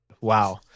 Wow